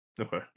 Okay